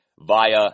via